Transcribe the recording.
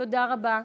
תודה.